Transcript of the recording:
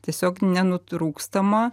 tiesiog nenutrūkstamą